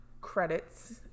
credits